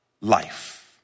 life